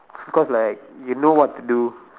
because like you know what to do